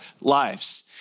lives